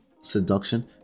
seduction